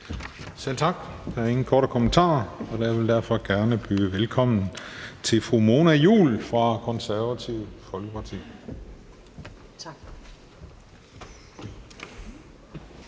Selv tak. Der er ingen korte bemærkninger, og jeg vil derfor gerne byde velkommen til fru Mona Juul fra Det Konservative Folkeparti. Kl.